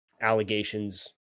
allegations